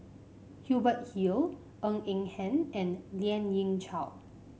Hubert Hill Ng Eng Hen and Lien Ying Chow